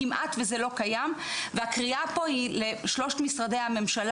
כמעט וזה לא קיים והקריאה פה היא לשלושת משרדי הממשלה,